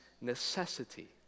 necessity